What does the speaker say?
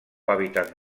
hàbitat